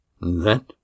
That